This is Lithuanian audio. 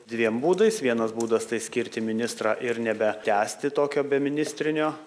dviem būdais vienas būdas tai skirti ministrą ir nebe tęsti tokio beministrinio